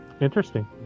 Interesting